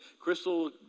Crystal